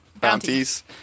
Bounties